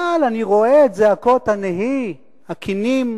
אבל אני רואה את זעקות הנהי, הקינים